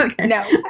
no